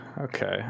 okay